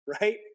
right